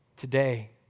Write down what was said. today